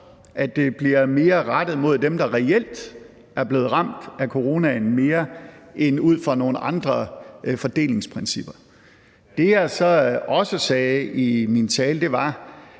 at det bliver mere rettet mod dem, der reelt er blevet ramt af corona mere, end ud fra nogle andre fordelingsprincipper. Det, jeg så også sagde i min tale, var,